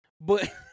But-